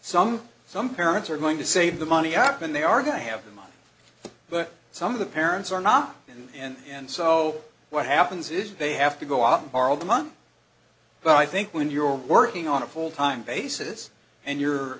some some parents are going to save the money up and they are going to have the money but some of the parents are not and so what happens is they have to go out and borrow the money but i think when you're working on a full time basis and you're